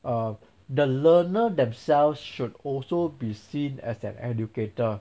err the learner themselves should also be seen as an educator